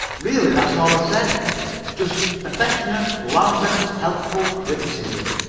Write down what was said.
really, that's all i said just affectionate, lambent, helpful criticism,